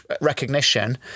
recognition